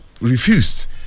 refused